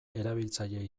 erabiltzaile